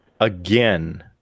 again